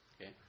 Okay